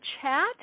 chat